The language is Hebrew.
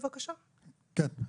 כן,